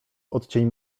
odcień